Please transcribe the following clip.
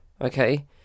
okay